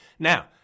Now